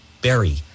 Berry